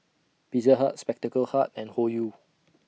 Pizza Hut Spectacle Hut and Hoyu